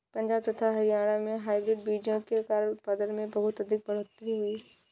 पंजाब तथा हरियाणा में हाइब्रिड बीजों के कारण उत्पादन में बहुत अधिक बढ़ोतरी हुई